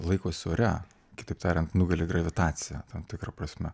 laikosi ore kitaip tariant nugali gravitaciją tam tikra prasme